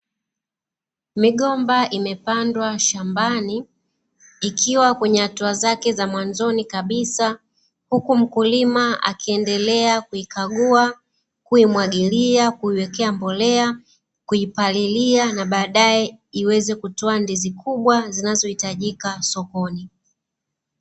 Migomba imepandwa shambani, ikiwa kwenye hatua zake za mwanzoni kabisa, huku mkulima akiendelea kuikagua, kuimwagilia, kuiwekea mbolea, kuipalilia na baadae iweze kutoa ndizi kubwa zinazohitajika sokoni.